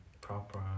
proper